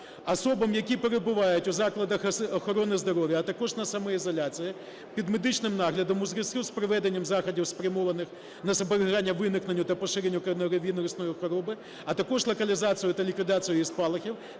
"Особам, які перебувають у закладах охорони здоров'я, а також на самоізоляції під медичним наглядом у зв'язку з проведенням заходів спрямованих на запобігання виникненню та поширенню коронавірусної хвороби, а також локалізацію та ліквідацію її спалахів